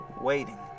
waiting